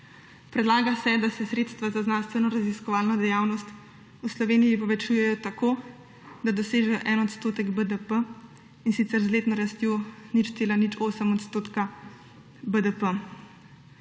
Predlaga se, da se sredstva za znanstvenoraziskovalno dejavnost v Sloveniji povečujejo tako, da se doseže en odstotek BDP, in sicer z letno rastjo 0,08 odstotka BDP.